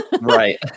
Right